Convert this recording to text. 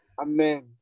Amen